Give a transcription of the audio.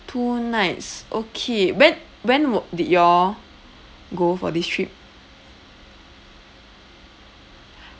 two nights okay when when w~ did you all go for this trip